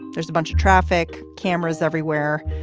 there's a bunch of traffic cameras everywhere,